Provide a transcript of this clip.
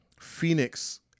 Phoenix